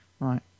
Right